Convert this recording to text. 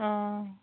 অঁ